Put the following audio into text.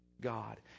God